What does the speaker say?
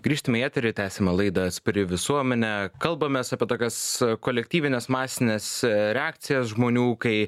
grįžtame į eterį tęsiama laidas per visuomenę kalbamės apie tokias kolektyvines masines reakcijas žmonių kai